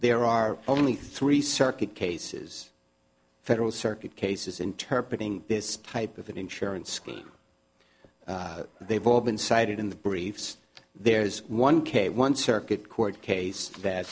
there are only three circuit cases federal circuit cases interpret in this type of an insurance scheme they've all been cited in the briefs there is one k one circuit court case that